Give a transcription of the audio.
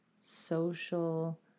social